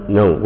no